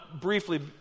briefly